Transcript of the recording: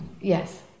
Yes